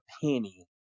penny